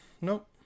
nope